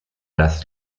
las